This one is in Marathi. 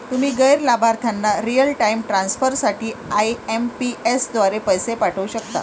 तुम्ही गैर लाभार्थ्यांना रिअल टाइम ट्रान्सफर साठी आई.एम.पी.एस द्वारे पैसे पाठवू शकता